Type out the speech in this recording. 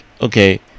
okay